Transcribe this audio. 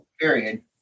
period